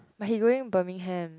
but he going Birmingham